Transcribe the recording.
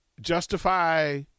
justify